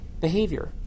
behavior